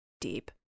deep